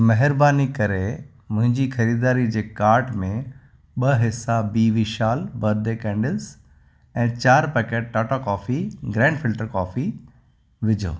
महिरबानी करे मुंहिंजी ख़रीदारी जे कार्ट में ॿ हिसा बी विशाल बर्थडे कैंडल्स ऐं चार packet Tata coffee grand filter coffee विझो